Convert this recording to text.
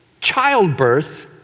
childbirth